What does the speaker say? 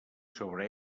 sobre